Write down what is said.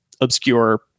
obscure